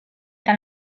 eta